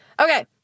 Okay